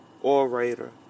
orator